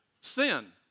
sin